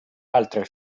altre